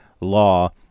law